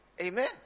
Amen